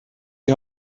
die